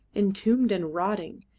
entombed and rotting,